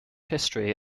history